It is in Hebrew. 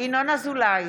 ינון אזולאי,